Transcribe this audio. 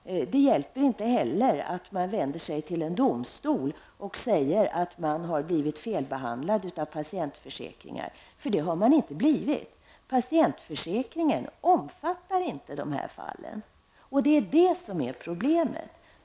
Det hjälper inte heller att de vänder sig till domstol och gör gällande att de blivit felbedömda av patientförsäkringen. Det har de nämligen inte blivit, eftersom patientförsäkringen inte omfattar sådana fall. Det är detta som är problemet.